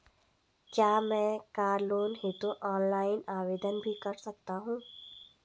क्या मैं car loan हेतु ऑनलाइन आवेदन भी कर सकता हूँ?